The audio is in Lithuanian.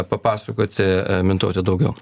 papasakoti mintaute daugiau